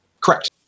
Correct